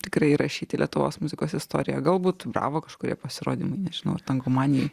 tikrai įrašyti į lietuvos muzikos istoriją galbūt bravo kažkurie pasirodymai nežinau ar tangomanijoj